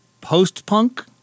post-punk